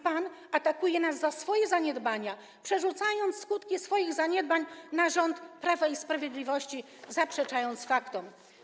Pan atakuje nas za swoje zaniedbania, przerzucając skutki swoich zaniedbań na rząd Prawa i Sprawiedliwości, zaprzeczając faktom.